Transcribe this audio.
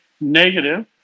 negative